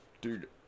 dude